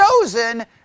chosen